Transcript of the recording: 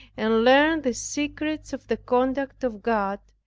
and learn the secrets of the conduct of god,